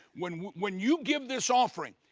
when when you give this offering.